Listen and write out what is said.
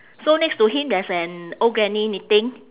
so next to him there's an old granny knitting